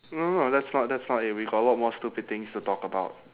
no no no that's not that's not it we got a lot more stupid things to talk about